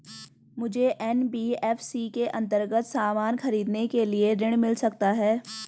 मुझे एन.बी.एफ.सी के अन्तर्गत सामान खरीदने के लिए ऋण मिल सकता है?